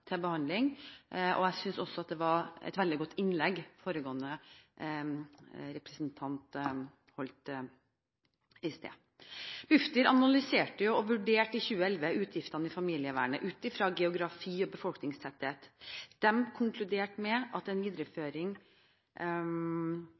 til behandling, og jeg synes også det var et veldig godt innlegg foregående representant holdt. Bufdir analyserte og vurderte i 2011 utgiftene i familievernet ut fra geografi og befolkningstetthet. De konkluderte med en videreføring av dagens fordelingsnøkkel. Riksrevisjonen bemerket imidlertid at